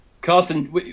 Carson